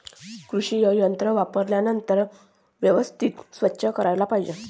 कृषी यंत्रे वापरल्यानंतर व्यवस्थित स्वच्छ करायला पाहिजे